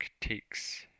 takes